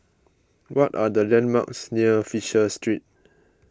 what are the landmarks near Fisher Street